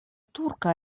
turka